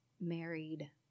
married